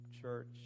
church